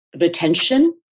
retention